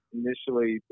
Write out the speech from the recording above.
initially